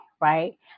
right